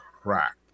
crack